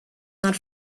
not